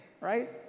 right